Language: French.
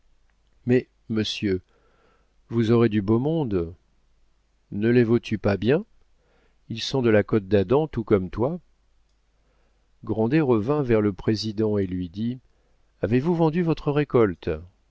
mais monsieur vous aurez du beau monde ne les vaux tu pas bien ils sont de la côte d'adam tout comme toi grandet revint vers le président et lui dit avez-vous vendu votre récolte